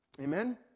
Amen